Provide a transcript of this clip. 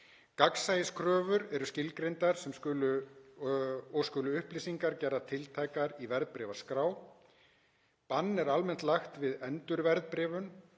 gagnsæiskröfur eru skilgreindar og skulu upplýsingar gerðar tiltækar í verðbréfunarskrá, bann er almennt lagt við endurverðbréfun